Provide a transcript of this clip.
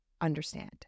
understand